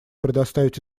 предоставить